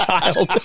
child